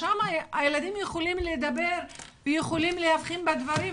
שם הילדים יכולים לדבר ויכולים להבחין בדברים,